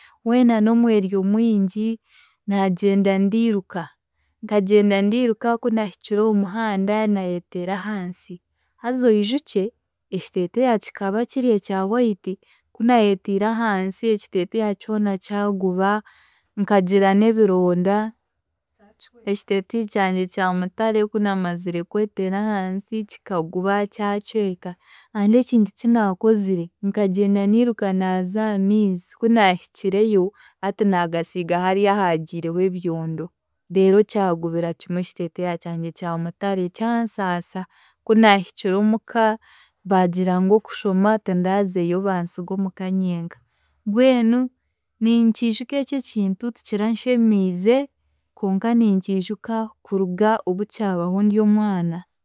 Weena n'omweryo mwingi naagyenda ndiiruka. Nkagyenda ndiruka ku naahikire omu muhanda naayeteera ahansi haza oijukye ekiteeteeya kikaba kirye ekya white ku naayetiira ahansi ekiteeteeyi kyona kyaguba, nkagira n'ebironda, ekiteeteeyi kyangye kya mutare ku naamazire kweteera ahansi kikaguba kyacweka and ekintu ki naakozire, nkagyenda niiruka naaza aha miizi ku naahikireyo, hati naagasiiga hari ahaagiireho ebyondo deero kyagubira kimwe ekiteeteeyi kyangye kya mutare, kyansaasa ku naahikire omu ka, baagira ngu okushoma tindazeyo bansiga omu ka nyenka. Mbwenu ninkiijuka ekye ekintu tikiraanshemiize konka ninkiijuka kuruga obu kyabaho ndi omwana.